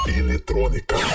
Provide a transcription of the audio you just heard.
eletrônica